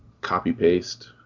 copy-paste